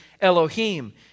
Elohim